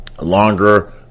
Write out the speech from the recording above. Longer